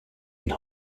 and